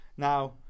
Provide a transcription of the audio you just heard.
Now